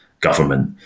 government